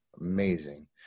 Amazing